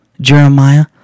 Jeremiah